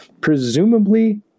Presumably